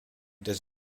does